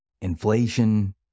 inflation